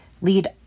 lead